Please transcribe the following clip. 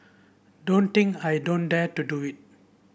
don't think I don't dare to do it